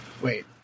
Wait